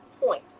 point